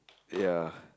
ya